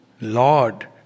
Lord